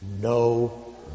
no